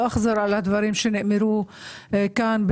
לא החזרה לדברים שנאמרו כאן,